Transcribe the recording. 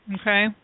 Okay